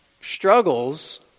struggles